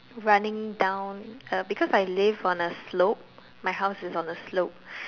running down uh because I live on a slope my house is on a slope